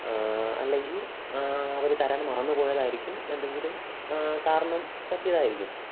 അല്ലെങ്കിൽ അവർ തരാൻ മറന്നു പോയതായിരിക്കും എന്തെങ്കിലും കാരണം പറ്റിയതായിരിക്കും